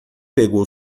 pegou